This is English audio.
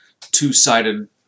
two-sided